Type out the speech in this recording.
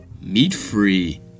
meat-free